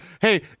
hey